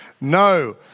no